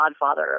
godfather